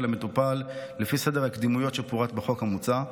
המטופל לפי סדר הקדימויות שפורט בחוק המוצע,